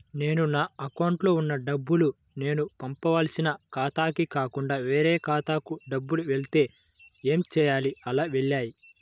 నేను నా అకౌంట్లో వున్న డబ్బులు నేను పంపవలసిన ఖాతాకి కాకుండా వేరే ఖాతాకు డబ్బులు వెళ్తే ఏంచేయాలి? అలా వెళ్తాయా?